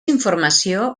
informació